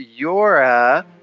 Yora